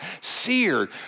seared